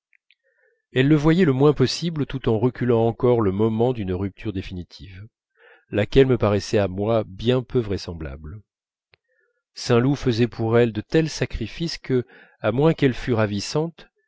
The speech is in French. elle le voyait le moins possible tout en reculant encore le moment d'une rupture définitive laquelle me paraissait à moi bien peu vraisemblable saint loup faisait pour elle de tels sacrifices que à moins qu'elle fût ravissante